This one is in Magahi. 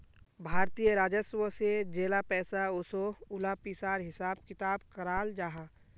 भारतीय राजस्व से जेला पैसा ओसोह उला पिसार हिसाब किताब कराल जाहा